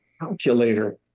calculator